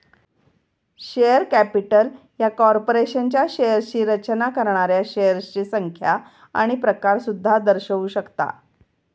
share capital ह्या कॉर्पोरेशनच्या शेअर्सची रचना करणाऱ्या शेअर्सची संख्या आणि प्रकार सुद्धा दर्शवू शकता